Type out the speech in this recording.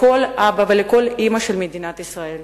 לכל אבא ולכל אמא במדינת ישראל,